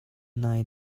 nai